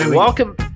Welcome